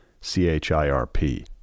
C-H-I-R-P